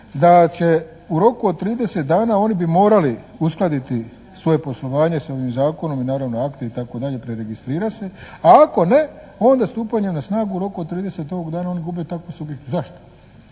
da će u roku od 30 dana, oni bi morali uskladiti svoje poslovanje sa ovim zakonom i naravno akte itd. preregistrirat se a ako ne onda stupanje na snagu u roku od 30 dana oni gube …/Govornik se